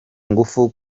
ngufu